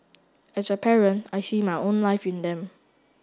as a parent I see my own life in them